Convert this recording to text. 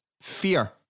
Fear